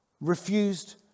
refused